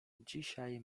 dzisiaj